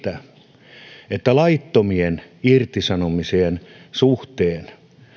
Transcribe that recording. pahimmillaan sitä että laittomien irtisanomisien suhteen